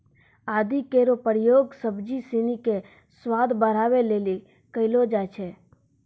आदि केरो प्रयोग सब्जी सिनी क स्वाद बढ़ावै लेलि कयलो जाय छै